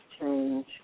change